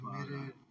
committed